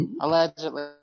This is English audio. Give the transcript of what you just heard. Allegedly